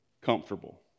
comfortable